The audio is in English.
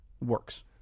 works